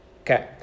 Okay